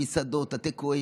המסעדות, הטייק אווי.